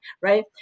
right